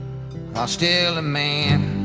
ah still a man